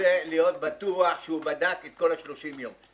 רוצה להיות בטוח שבדק את כל ה-30 יום.